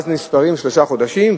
מאז נספרים שלושה חודשים.